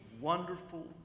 wonderful